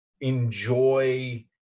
enjoy